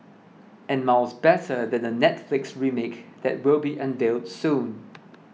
and miles better than the Netflix remake that will be unveiled soon